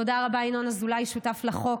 תודה רבה, ינון אזולאי, שותף לחוק,